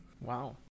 Wow